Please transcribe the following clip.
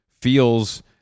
feels